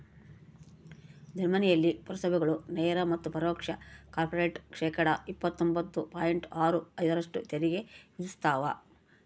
ಜರ್ಮನಿಯಲ್ಲಿ ಪುರಸಭೆಗಳು ನೇರ ಮತ್ತು ಪರೋಕ್ಷ ಕಾರ್ಪೊರೇಟ್ ಶೇಕಡಾ ಇಪ್ಪತ್ತೊಂಬತ್ತು ಪಾಯಿಂಟ್ ಆರು ಐದರಷ್ಟು ತೆರಿಗೆ ವಿಧಿಸ್ತವ